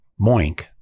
Moink